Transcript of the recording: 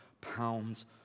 pounds